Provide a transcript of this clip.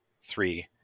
three